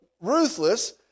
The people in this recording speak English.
ruthless